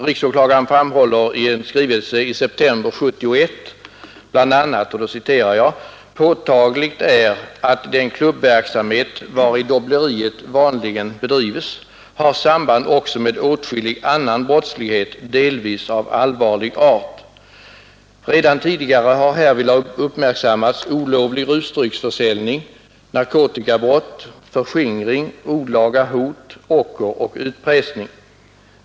Riksåklagaren framhåller i en skrivelse i september 1971 bl.a.: ”Påtagligt är att den klubbverksamhet vari dobbleriet vanligen bedrivs har samband också med åtskillig annan brottslighet delvis av allvarlig art. Redan tidigare har härvidlag uppmärksammats olovlig rusdrycksförsäljning, narkotikabrott, förskingring, olaga hot, ocker och utpressning.